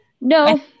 No